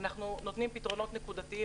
אנחנו נותנים פתרונות נקודתיים,